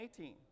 18